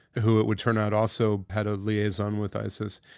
who it would turn out also had a liaison with isis,